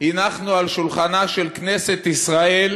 הנחנו על שולחנה של כנסת ישראל